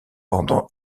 pendant